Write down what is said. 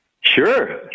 Sure